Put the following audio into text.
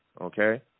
Okay